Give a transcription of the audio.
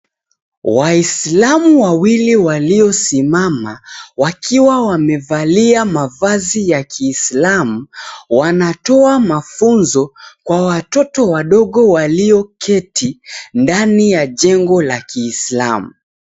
Waislamu wawili walio simama wakiwa wamevalia mavazi ya kiislamu, wanatoa mafunzo kwa watoto wadogo walioketi ndani ya jengo la kiislamu.